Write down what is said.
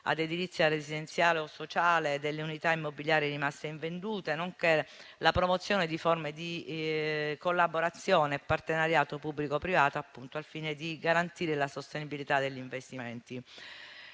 ad edilizia residenziale o sociale delle unità immobiliari rimaste invendute, nonché la promozione di forme di collaborazione e partenariato pubblico-privato al fine di garantire la sostenibilità degli investimenti.